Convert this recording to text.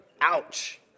Ouch